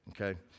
okay